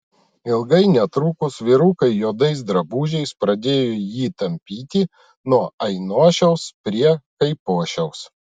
ilgai netrukus vyrukai juodais drabužiais pradėjo jį tampyti nuo ainošiaus prie kaipošiaus